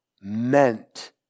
meant